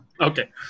Okay